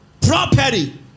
property